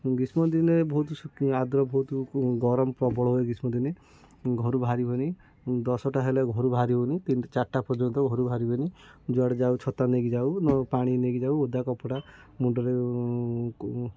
ଗ୍ରୀଷ୍ମ ଦିନେ ବହୁତ ଆଦ୍ର ବହୁତ ଗରମ ପ୍ରବଳ ହୁଏ ଗ୍ରୀଷ୍ମ ଦିନେ ଘରୁ ବାହାରି ହୁଏନି ଦଶଟା ହେଲେ ଘରୁ ବାହାରି ହୁଏନି ତିନିଟା ଚାରିଟା ପର୍ଯ୍ୟନ୍ତ ଘରୁ ବାହାରି ହୁଏନି ଯୁଆଡ଼େ ଯାଉ ଛତା ନେଇକି ଯାଉ ପାଣି ନେଇକି ଯାଉ ଓଦା କପଡ଼ା ମୁଣ୍ଡରେ